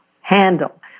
handle